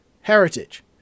Heritage